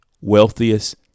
wealthiest